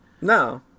no